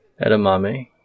Edamame